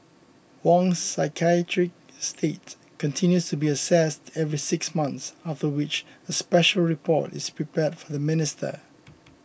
Wong's psychiatric state continues to be assessed every six months after which a special report is prepared for the minister